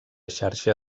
xarxa